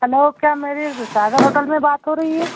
hello क्या मेरी Sagar hotel में बात हो रही है